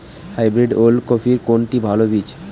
Hybrid ওল কপির কোনটি ভালো বীজ?